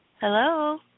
Hello